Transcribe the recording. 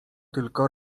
tylko